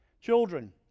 Children